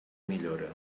millora